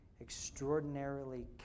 extraordinarily